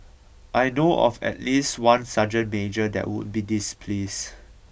I know of at least one sergeant major that would be displeased